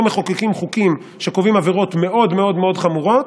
מחוקקים חוקים שקובעים עבירות מאוד מאוד מאוד חמורות,